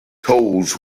tolls